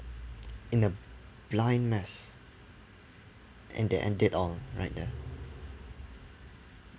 in a blind mess and they end it all right there